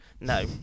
no